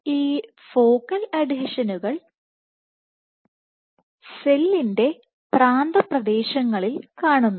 ഈ ഫോക്കൽ അഡ്ഹീഷനുകൾ സെല്ലിൻറെ പ്രാന്തപ്രദേശങ്ങളിൽ കാണുന്നു